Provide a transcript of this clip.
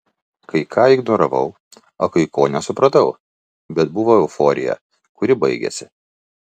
kai ką ignoravau o kai ko nesupratau bet buvo euforija kuri baigėsi